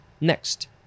next